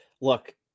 Look